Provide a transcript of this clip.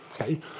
okay